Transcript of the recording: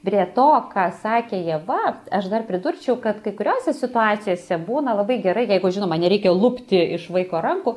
prie to ką sakė ieva aš dar pridurčiau kad kai kuriose situacijose būna labai gerai jeigu žinoma nereikia lupti iš vaiko rankų